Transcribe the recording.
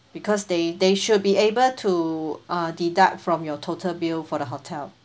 because they they should be able to uh deduct from your total bill for the hotel